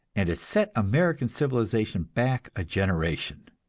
and it set american civilization back a generation.